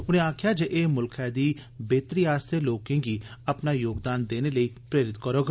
उनें आक्खेया जे एह मुल्खै दी बेहतरी आस्तै लोकें गी अपना योगदान देने लेई प्रेरित करुग